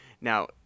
Now